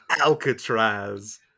Alcatraz